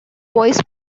voice